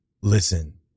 Listen